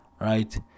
right